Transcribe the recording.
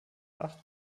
acht